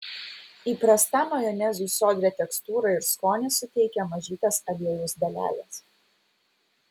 įprastam majonezui sodrią tekstūrą ir skonį suteikia mažytės aliejaus dalelės